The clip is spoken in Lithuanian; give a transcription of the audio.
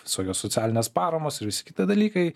visokios socialinės paramos ir visi kiti dalykai